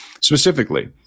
specifically